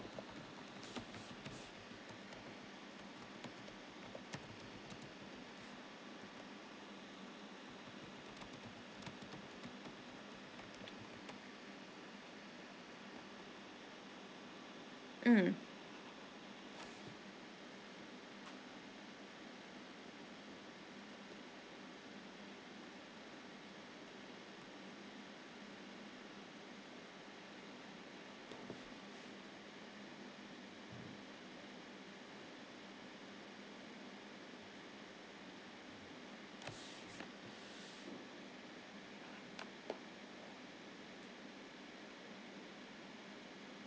mm